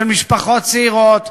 של משפחות צעירות,